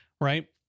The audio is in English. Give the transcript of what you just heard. right